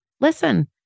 listen